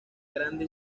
grande